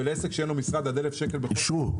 ולעסק שאין לו משרד עד 1,000 שקל בחודש.